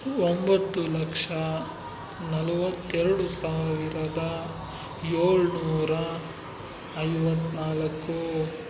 ಒಂಬತ್ತು ಲಕ್ಷ ನಲವತ್ತೆರಡು ಸಾವಿರದ ಏಳ್ನೂರ ಐವತ್ತ್ನಾಲ್ಕು